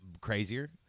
crazier